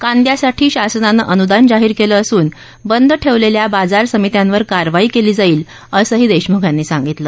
कांद्यासाठी शासनानं अनुदान जाहीर केलं असून बंद ठेवलेल्या बाजार समित्यांवर कारवाई केली जाईल असंही देशमुख यांनी सांगितलं